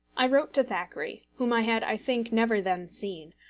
i wrote to thackeray, whom i had, i think, never then seen,